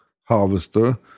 harvester